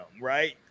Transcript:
right